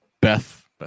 Beth